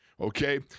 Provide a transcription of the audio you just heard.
Okay